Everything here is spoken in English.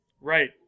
Right